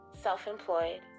self-employed